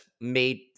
made